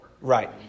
Right